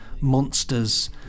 monsters